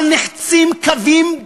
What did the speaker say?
אבל נחצים קווים,